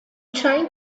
trying